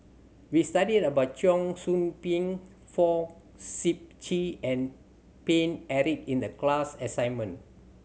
we studied about Cheong Soon Ping Fong Sip Chee and Paine Eric in the class assignment